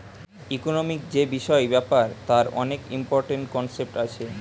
economic যে বিষয় ব্যাপার তার অনেক ইম্পরট্যান্ট কনসেপ্ট আছে